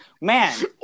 man